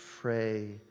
pray